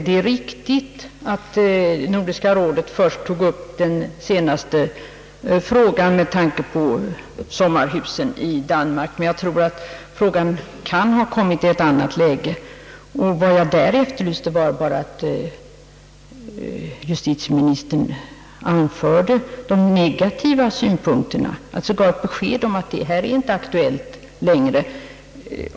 Det är riktigt att Nordiska rådet först tog upp den senaste frågan med tanke på sommarhusen i Danmark, men jag tror, att frågan därefter kommit i ett annat läge. Jag begärde för övrigt bara att justitieministern skulle anföra också de negativa synpunkterna, i detta ärende alltså ge besked om att rådets uttalande inte längre är aktuellt.